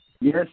Yes